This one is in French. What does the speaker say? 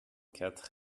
quatre